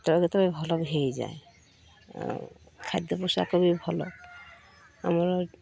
କେତବେଳେ କେତବେଳେ ବି ଭଲ ହେଇଯାଏ ଆଉ ଖାଦ୍ୟ ପୋଷାକ ବି ଭଲ ଆମର